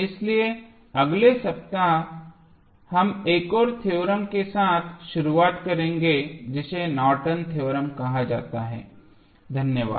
इसलिए अगले सप्ताह हम एक और थ्योरम के साथ शुरुआत करेंगे जिसे नॉर्टन थ्योरम Nortons Theorem कहा जाता है धन्यवाद